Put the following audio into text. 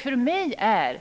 För mig är